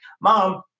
Mom